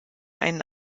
einen